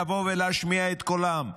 לבוא ולהשמיע בו את קולם,